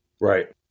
Right